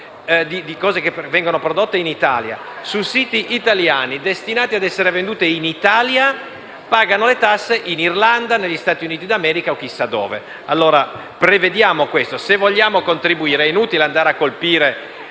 di cose prodotte in Italia e destinate a essere vendute in Italia, pagano le tasse in Irlanda, negli Stati Uniti d'America o chissà dove. Pertanto, prevediamo questo, se vogliamo contribuire; è inutile andare a colpire